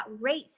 race